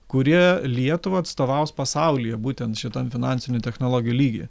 kurie lietuvą atstovaus pasaulyje būtent šitam finansinių technologių lygyje